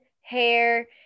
hair